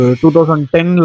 2010